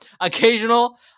occasional